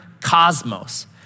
cosmos